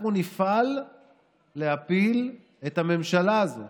אנחנו נפעל להפיל את הממשלה הזו,